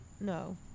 no